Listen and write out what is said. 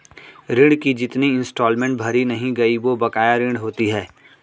ऋण की जितनी इंस्टॉलमेंट भरी नहीं गयी वो बकाया ऋण होती है